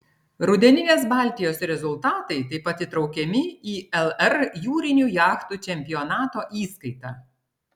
rudeninės baltijos rezultatai taip pat įtraukiami į lr jūrinių jachtų čempionato įskaitą